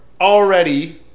already